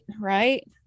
right